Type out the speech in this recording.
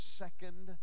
second